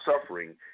suffering